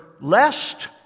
lest